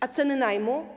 A ceny najmu?